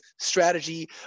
strategy